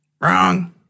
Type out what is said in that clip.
Wrong